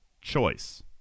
choice